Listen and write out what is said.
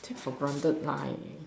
take for granted why